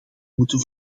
moeten